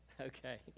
okay